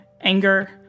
anger